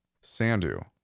Sandu